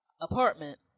apartment